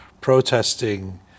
protesting